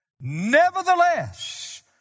Nevertheless